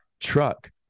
truck